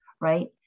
right